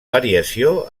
variació